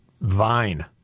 Vine